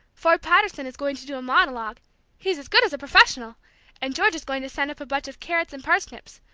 ford patterson is going to do a monologue he's as good as a professional and george is going to send up a bunch of carrots and parsnips!